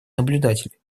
наблюдателей